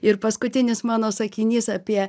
ir paskutinis mano sakinys apie